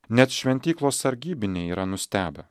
net šventyklos sargybiniai yra nustebę